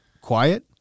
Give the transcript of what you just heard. quiet